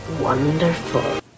Wonderful